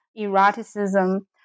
eroticism